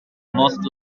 most